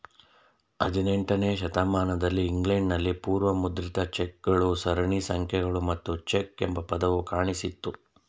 ಹದಿನೆಂಟನೇ ಶತಮಾನದಲ್ಲಿ ಇಂಗ್ಲೆಂಡ್ ನಲ್ಲಿ ಪೂರ್ವ ಮುದ್ರಿತ ಚೆಕ್ ಗಳು ಸರಣಿ ಸಂಖ್ಯೆಗಳು ಮತ್ತು ಚೆಕ್ ಎಂಬ ಪದವು ಕಾಣಿಸಿತ್ತು